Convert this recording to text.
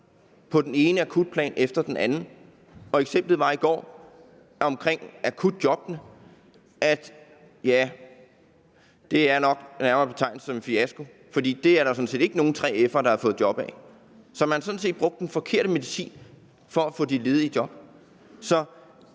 på den ene akutplan efter den anden. Eksemplet fra i går om akutjobbene viser, at det nok nærmere er at betegne som en fiasko, for det er der jo sådan set ikke nogen 3F'er der har fået job af. Så man har sådan set givet den forkerte medicin for at få de ledige i job.